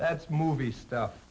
that's movie stuff